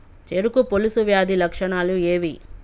చెరుకు పొలుసు వ్యాధి లక్షణాలు ఏవి?